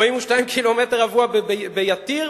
"42 קמ"ר ביתיר".